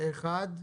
הצבעה אושר.